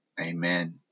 Amen